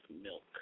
milk